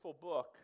book